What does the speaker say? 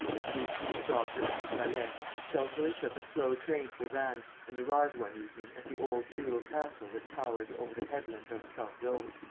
the duke, his daughter and his valet stealthily took a slow train for vannes and arrived one evening, at the old feudal castle that towers over the headland of sarzeau.